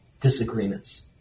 disagreements